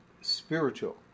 spiritual